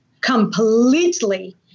completely